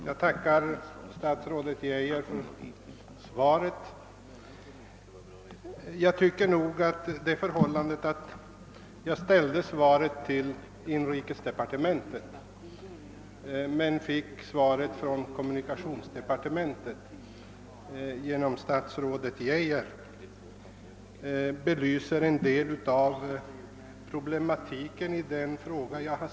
Herr talman! Jag tackar statsrådet Geijer för svaret. Det förhållandet att jag ställde frågan till inrikesministern men fick svar från kommunikationsdepartementet genom statsrådet Geijer belyser problemen på detta område.